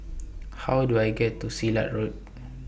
How Do I get to Silat Road